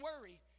worry